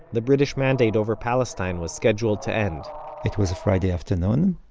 the british mandate over palestine was scheduled to end it was a friday afternoon.